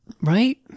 Right